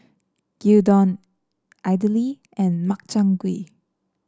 Gyudon Idili and Makchang Gui